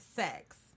Sex